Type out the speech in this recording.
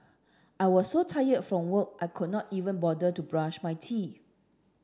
I was so tired from work I could not even bother to brush my teeth